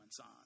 on